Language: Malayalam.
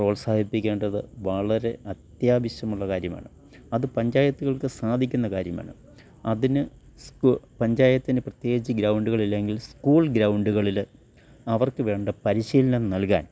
പ്രോത്സാഹിപ്പിക്കേണ്ടത് വളരെ അത്യാവശ്യമുള്ള കാര്യമാണ് അത് പഞ്ചായത്തുകൾക്കു സാധിക്കുന്ന കാര്യമാണ് അതിന് സ്ക് പഞ്ചായത്തിന് പ്രത്യേകിച്ച് ഗ്രൗണ്ടുകളില്ലെങ്കിൽ സ്കൂൾ ഗ്രൗണ്ടുകളിൽ അവർക്കു വേണ്ട പരിശീലനം നല്കാൻ